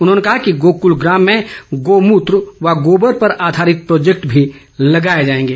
उन्होंने कहा कि गोकुल ग्राम में गौमूत्र व गोबर पर आधारित प्रोजैक्ट भी लगाए जाएंगे